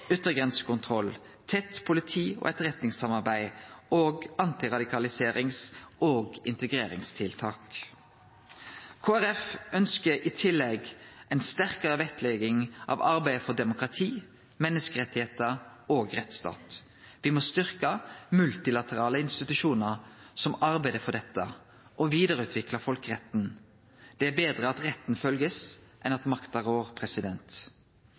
yttergrensekontroll, tett politi- og etterretningssamarbeid og antiradikaliserings- og integreringstiltak. Kristeleg Folkeparti ønskjer i tillegg ei sterkare vektlegging av arbeidet for demokrati, menneskerettar og rettsstat. Me må styrkje multilaterale institusjonar som arbeider for dette, og vidareutvikle folkeretten. Det er betre at retten blir følgd, enn at makta rår.